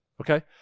Okay